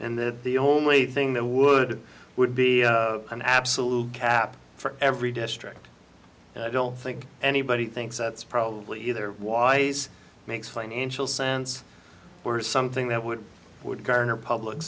and that the only thing that would would be an absolute cap for every district and i don't think anybody thinks that's probably either was makes financial sense or something that would would garner public